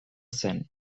zen